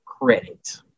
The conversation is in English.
credit